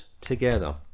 together